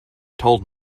told